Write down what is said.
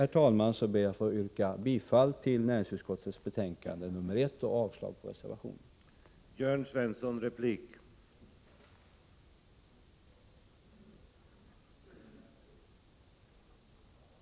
Med det anförda ber jag att få yrka bifall till hemställan i näringsutskottets betänkande 1 och avslag på reservationen.